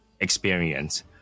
experience